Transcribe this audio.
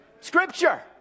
Scripture